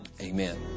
Amen